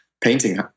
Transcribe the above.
painting